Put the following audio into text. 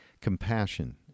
compassion